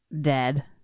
Dead